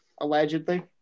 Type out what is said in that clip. allegedly